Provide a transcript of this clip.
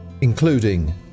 including